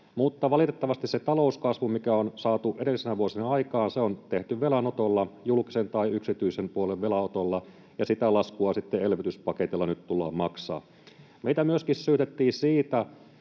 mutta valitettavasti se talouskasvu, mikä on saatu edellisinä vuosina aikaan, on tehty velanotolla, julkisen tai yksityisen puolen velanotolla, ja sitä laskua elvytyspaketilla nyt tullaan maksamaan. Meitä myöskin syytettiin siitä,